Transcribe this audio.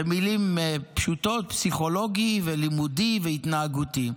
במילים פשוטות, פסיכולוגי, לימודי והתנהגותי.